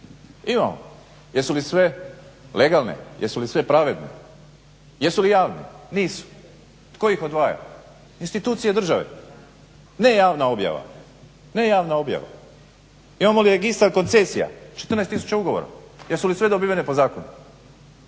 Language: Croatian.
imamo. Jesu li sve legalne, jesu li sve pravedne, jesu li javne, nisu. Tko ih odvaja, institucije države, ne javna objava. Imamo li registar koncesija, 14 tisuća ugovora, jesu li sve dobivene po zakonu